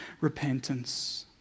Repentance